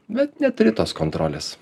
bet neturi tos kontrolės